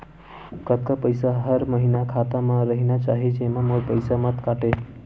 कतका पईसा हर महीना खाता मा रहिना चाही जेमा मोर पईसा मत काटे?